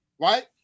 right